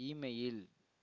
email